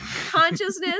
consciousness